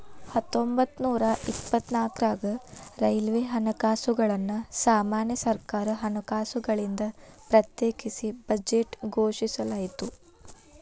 ಹತ್ತೊಂಬತ್ತನೂರ ಇಪ್ಪತ್ನಾಕ್ರಾಗ ರೈಲ್ವೆ ಹಣಕಾಸುಗಳನ್ನ ಸಾಮಾನ್ಯ ಸರ್ಕಾರ ಹಣಕಾಸುಗಳಿಂದ ಪ್ರತ್ಯೇಕಿಸಿ ಬಜೆಟ್ ಘೋಷಿಸಲಾಯ್ತ